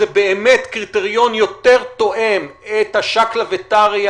זה באמת קריטריון יותר תואם את השקלא וטריא